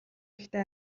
гэхдээ